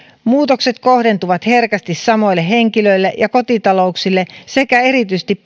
muutokset kohdentuvat herkästi samoille henkilöille ja kotitalouksille sekä erityisesti